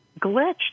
glitch